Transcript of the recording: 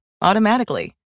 automatically